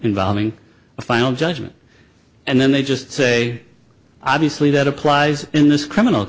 involving a final judgment and then they just say obviously that applies in this criminal